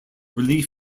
relief